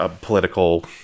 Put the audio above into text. political